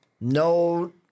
No